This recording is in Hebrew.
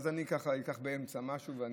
אז אני ככה אקח באמצע משהו ואני אתחיל לסיים.